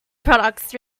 products